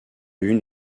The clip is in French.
une